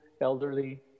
Elderly